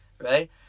Right